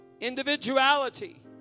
individuality